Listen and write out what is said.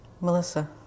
Melissa